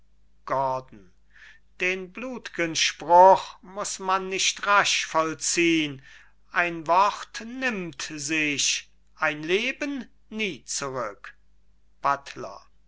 gordon den blutgen spruch muß man nicht rasch vollziehn ein wort nimmt sich ein leben nie zurück buttler